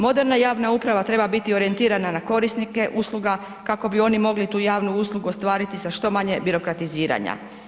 Moderna javna uprava treba biti orijentirana na korisnike usluga kako bi oni mogli tu javnu uslugu ostvariti sa što manje birokratiziranja.